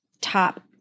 top